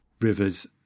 rivers